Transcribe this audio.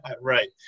right